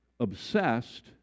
obsessed